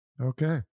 okay